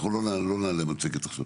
אנחנו לא נעלה מצגת עכשיו,